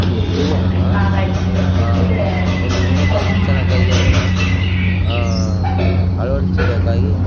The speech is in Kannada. ಹುಡು ಹುಡುಗ್ರನ್ನ ಒಂದು ಉನ್ನತ ಶಿಕ್ಷಣಕ್ಕಾಗಿ ಅವ್ರನ್ನು ಅಳವಡಿಸಬೇಕಾಗಿ